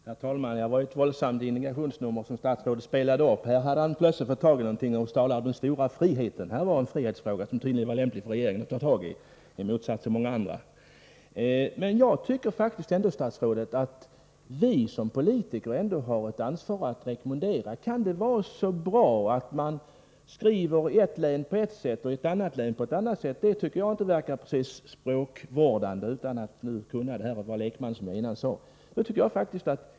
Herr talman! Det var ett våldsamt indignationsnummer som statsrådet spelade upp. Här hade han plötsligt fått tag i någonting som gav honom anledning att tala om den stora friheten. Här fanns tydligen en frihetsfråga som var lämplig för regeringen att ta tag i, i motsats till många andra. Jag tycker faktiskt ändå, statsrådet, att vi som politiker har ett ansvar att komma med en rekommendation. Kan det vara så bra att man skriver på ett sätt i ett län och på ett annat sätt i ett annat län? Som jag redan sagt, är jag lekman på området, men detta tycker jag inte verkar vara någon god språkvård.